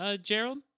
Gerald